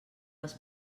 dels